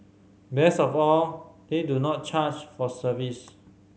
best of all they do not charge for service